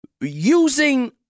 Using